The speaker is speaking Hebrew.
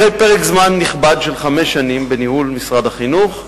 אחרי פרק זמן נכבד של חמש שנים בניהול משרד החינוך,